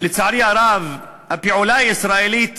לצערי הרב, הפעולה הישראלית